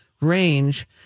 range